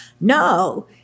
No